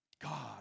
God